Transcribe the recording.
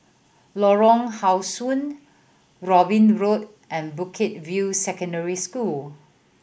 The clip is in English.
Lorong How Sun Robin Road and Bukit View Secondary School